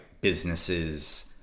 businesses